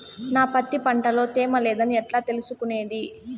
నా పత్తి పంట లో తేమ లేదని ఎట్లా తెలుసుకునేది?